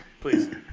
please